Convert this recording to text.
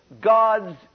God's